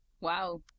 Wow